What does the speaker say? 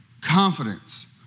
confidence